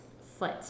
foot